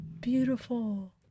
Beautiful